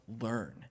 learn